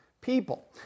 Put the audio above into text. people